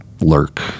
lurk